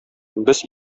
без